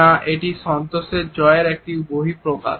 না এটি সন্তোষের জয়ের এক বহিঃপ্রকাশ